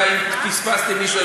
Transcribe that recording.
אולי אם פספסתי מישהו,